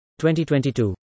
2022